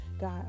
God